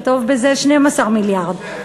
12 מיליארד.